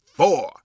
four